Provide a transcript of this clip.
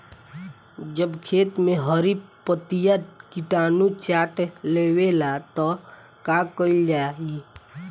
जब खेत मे हरी पतीया किटानु चाट लेवेला तऽ का कईल जाई?